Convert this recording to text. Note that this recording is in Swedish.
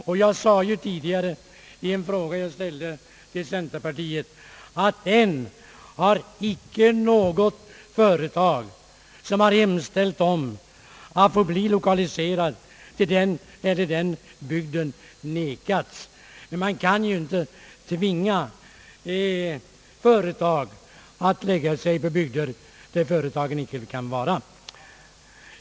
Och jag sade ju tidigare i en fråga som jag ställde till centerpartiet, att än har icke något företag som har hemställt om att bli lokaliserat till den eller den bygden förvägrats detta. Man kan inte tvinga företag att slå sig ned i bygder där de inte kan existera.